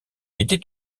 était